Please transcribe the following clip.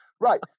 Right